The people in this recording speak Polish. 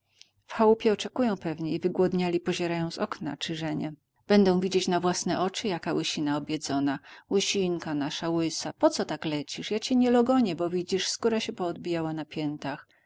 chałupie oczekują pewnie i wygłodniali pozierają z okna czy żenie bedą widzieć na własne oczy jaka łysina objedzona łysinka nasza łysa poco tak lecisz ja cię nie dogonię bo widzisz skóra się poodbijała na piętach